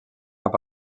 cap